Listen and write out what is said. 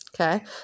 Okay